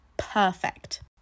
perfect